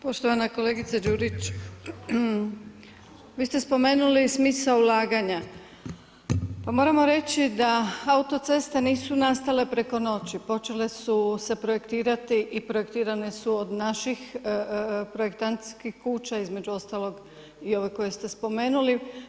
Poštovana kolegice Đurić, vi ste spomenuli smisao ulaganja, pa moramo reći da autoceste nisu nastale preko noći, počele su se projektirati i projektirane su od naših projektanskih kuća između ostalog i ove koje ste spomenuli.